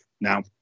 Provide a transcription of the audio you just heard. now